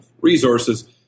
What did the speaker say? resources